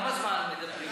כמה זמן הם מדברים פה?